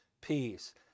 peace